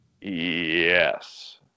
Yes